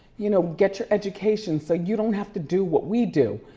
you know, get your education so you don't have to do what we do.